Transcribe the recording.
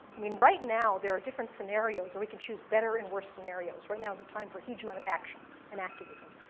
i mean right now, there are different scenarios where we could choose better and worse scenarios. right now is a time for a huge amount of action and activism.